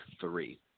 three